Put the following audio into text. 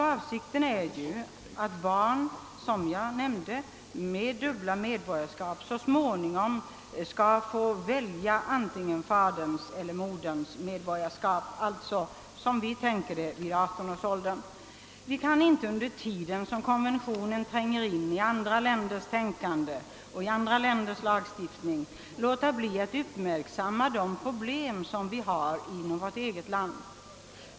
Avsikten är ju att barnen med dubbla medborgarskap så småningom skall få välja antingen faderns eller moderns medborgarskap, vilket enligt vårt förslag skulle ske vid 18 års ålder. Vi kan inte under den tid det tar innan konventionen blir antagen i andra länder låta bli att uppmärksamma de problem vi har inom vårt eget land.